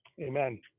amen